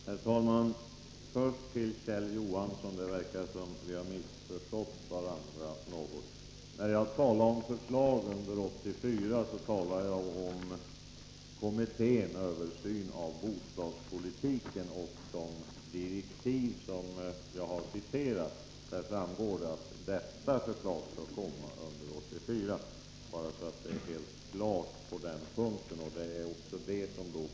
Herr talman! Först till Kjell Johansson — det verkar som om vi har missförstått varandra något. När jag talade om förslag under 1984, talade jag om kommittén för översyn av bostadspolitiken. Av de direktiv som jag har citerat framgår att den kommitténs förslag skall komma under 1984. Jag vill säga detta så att det skall vara helt klart på den punkten.